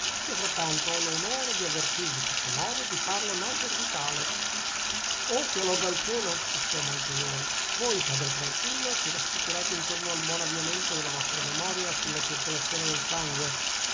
io frattanto ho l'onore di avvertirvi che c'è modo di farlo nascer vitale ah sia lode al cielo esclamò il priore voi padre tranquillo ci rassicurate intorno al buon avviamento della vostra memoria sulla circolazione del sangue